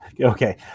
Okay